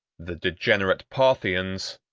the degenerate parthians,